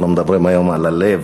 אנחנו מדברים היום על הלב,